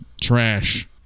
trash